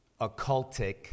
occultic